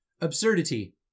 Absurdity